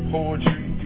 Poetry